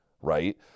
right